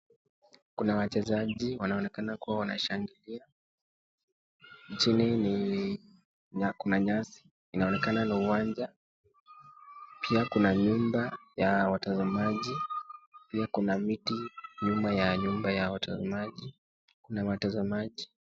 Kuna wachezaji wanaonekana kuwa wanashangilia, chini kuna nyasi inaonekana na uwanja, pia kuna nyumba ya watazamaji, pia kuna miti nyuma ya nyumba ya watazamaji, kuna watazamaji.